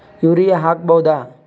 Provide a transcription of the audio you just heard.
Urea ಹಾಕ್ ಬಹುದ?